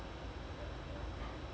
two nil two nil